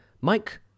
Mike